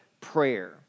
prayer